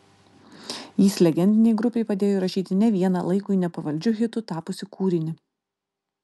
jis legendinei grupei padėjo įrašyti ne vieną laikui nepavaldžiu hitu tapusį kūrinį